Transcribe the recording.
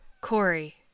Corey